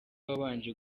wabanje